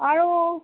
আৰু